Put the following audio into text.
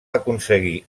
aconseguir